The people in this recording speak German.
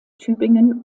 tübingen